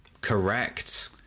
Correct